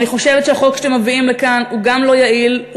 אני חושבת שהחוק שאתם מביאים לכאן הוא גם לא יעיל,